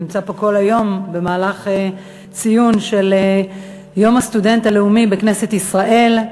הוא נמצא פה כל היום במהלך ציון של יום הסטודנט הלאומי בכנסת ישראל.